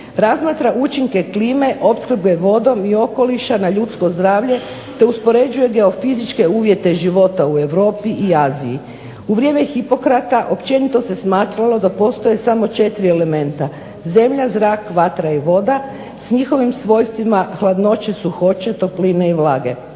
razmatra učinke klime, opskrbe vode i okoliša na ljudsko zdravlje te uspoređuje geofizičke uvjete života u Europi i Aziji. U vrijeme Hipokrata općenito se smatralo da postoje samo četiri elementa: zemlja, zrak, vatra i voda, s njihovim svojstvima hladnoće, suhoće, topline i vlage.